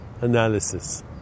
analysis